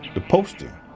the poster.